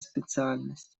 специальность